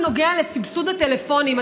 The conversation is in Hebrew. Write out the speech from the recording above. בנוגע לסבסוד הטלפונים,